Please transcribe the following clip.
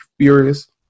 furious